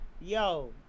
yo